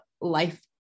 life